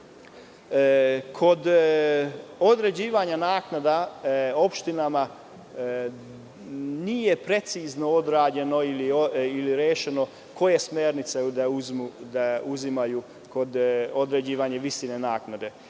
sud. Kod određivanja naknada opštinama nije precizno odrađeno, ili rešeno koje smernice da uzimaju kod određivanje visine naknade.